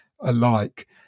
alike